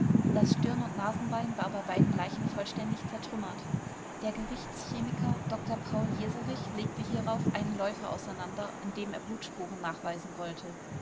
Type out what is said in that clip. das stirn und nasenbein war bei beiden leichen vollständig zertrümmert der gerichtschemiker dr paul jeserich legte hierauf einen läufer auseinander an dem er blutspuren nachweisen wollte